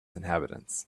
inhabitants